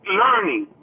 learning